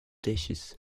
dishes